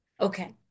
Okay